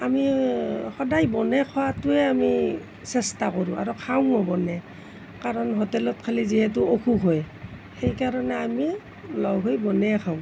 আমি সদায় বনাই খোৱাটোৱেই আমি চেষ্টা কৰোঁ আৰু খাওঁ মই বনাই কাৰণ হোটেলত খালে যিহেতু অসুখ হয় সেইকাৰণে আমি লগ হৈ বনায়ে খাওঁ